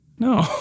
No